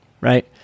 Right